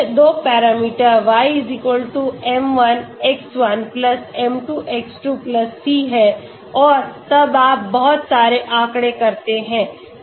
अगर यह दो parameter y m1x1 m2x2 c है और तब आप बहुत सारे आँकड़े करते हैं